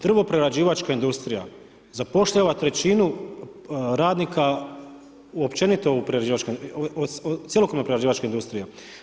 Drvoprerađivačka industrija zapošljava trećinu radnika općenito u cjelokupnoj prerađivačkoj industriji.